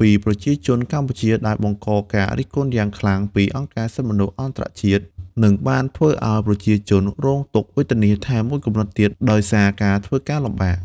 ពីប្រជាជនកម្ពុជា ដែលបង្កការរិះគន់យ៉ាងខ្លាំងពីអង្គការសិទ្ធិមនុស្សអន្តរជាតិ និងបានធ្វើឱ្យប្រជាជនរងទុក្ខវេទនាថែមមួយកម្រិតទៀតដោយសារការធ្វើការលំបាក។